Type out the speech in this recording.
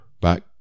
back